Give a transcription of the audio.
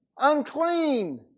Unclean